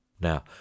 Now